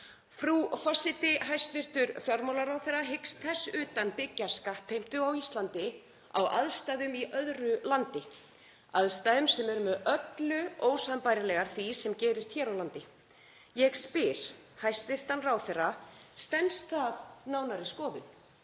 Frú forseti. Hæstv. fjármálaráðherra hyggst þess utan byggja skattheimtu á Íslandi á aðstæðum í öðru landi, aðstæðum sem eru með öllu ósambærilegar því sem gerist hér á landi. Ég spyr hæstv. ráðherra: Stenst það nánari skoðun?